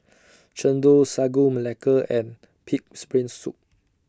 Chendol Sagu Melaka and Pig'S Brain Soup